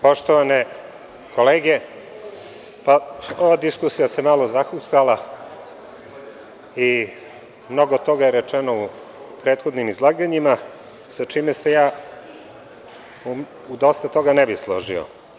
Poštovane kolege, ova diskusija se malo zahuktala i mnogo toga je rečeno u prethodnim izlaganjima, sa čime se ja u dosta toga ne bi složio.